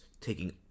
taking